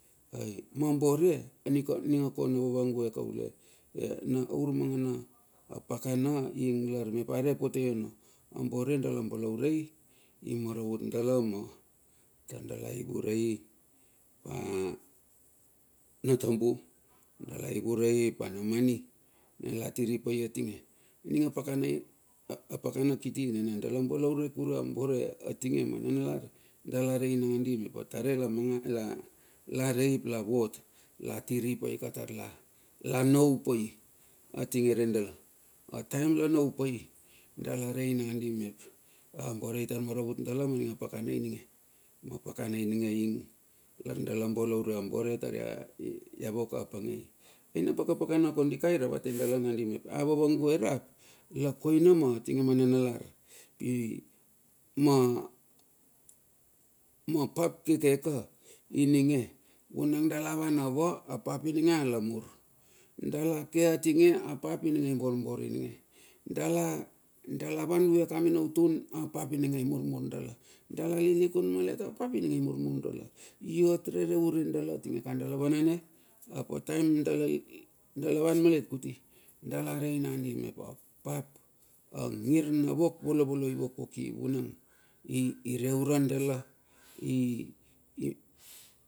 Ai ma bore, aninga kona vavague kaule, na ur mangana pakana ing lar mep are potei ono. A bore dala. balaurei imaravut dala ma tar dala ivurei pa na tambu, dala i vurei pa na mani nana la tiri pai atinge. Ninga pakana kiti na dala balaure kurue ambore atinge ma nanalar, dala rei nangandi mep atare la rei lavot, la tiri pai ka tarla. la nau pai atinge re dala. Ataem la nau pai, dala rei nangandi mep a bore itar maravut dala maninga pakana ininge. Ma pakana ininge ing lar dala balaure a bore tar ia wok apangei. Na pakana kondika i ravate dala nandi, mep a vavangue rap la koina atinge ma nanalar, pima pap keke ka. Ininge vunang dala van ava apap ininge alamur. dala ke atinge apap ininge borbor ininge, dala van vue ka mena utun apap ininge imurmur dala, dala lilikun malet apap ininge imurmur, dala iot rere ure dala atinga ka dala vanane. Ap a taem dala van malet kuti dala rei mandi mep apap angir na wok volovolo i wok woki vunang, i rue re dala